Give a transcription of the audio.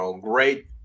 great